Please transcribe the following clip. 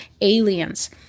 aliens